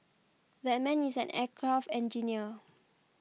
that man is an aircraft engineer